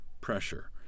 pressure